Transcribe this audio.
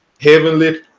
Heavenly